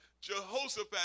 Jehoshaphat